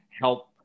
help